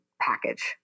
package